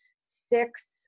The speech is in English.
six